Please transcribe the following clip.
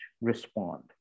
respond